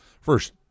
first